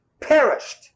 perished